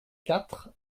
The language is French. quatre